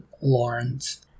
Lawrence